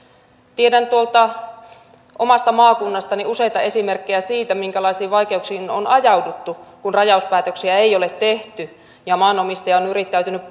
tiedän tuolta omasta maakunnastani useita esimerkkejä siitä minkälaisiin vaikeuksiin on ajauduttu kun rajauspäätöksiä ei ole tehty ja kun maanomistaja on on yrittänyt